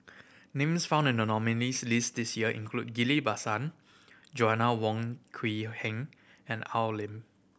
names found in the nominees' list this year include Ghillie Basan Joanna Wong Quee Heng and Al Lim